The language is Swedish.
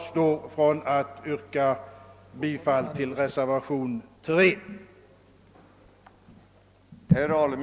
Så även i dag.